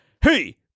Hey